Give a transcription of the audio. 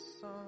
song